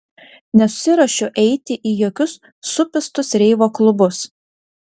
nesiruošiu eiti į jokius supistus reivo klubus